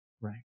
Right